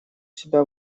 себя